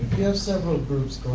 you have several groups